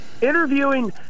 interviewing